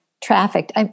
trafficked